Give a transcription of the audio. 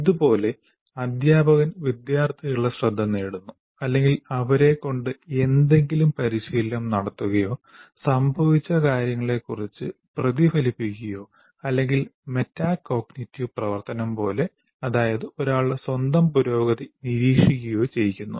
ഇതുപോലെ അധ്യാപകൻ വിദ്യാർത്ഥിയുടെ ശ്രദ്ധ നേടുന്നു അല്ലെങ്കിൽ അവരെക്കൊണ്ട് എന്തെങ്കിലും പരിശീലനം നടത്തുകയോ സംഭവിച്ച കാര്യങ്ങളെക്കുറിച്ച് പ്രതിഫലിപ്പിക്കുകയോ അല്ലെങ്കിൽ മെറ്റാകോഗ്നിറ്റീവ് പ്രവർത്തനം പോലെ അതായത് ഒരാളുടെ സ്വന്തം പുരോഗതി നിരീക്ഷിക്കുകയോ ചെയ്യിക്കുന്നു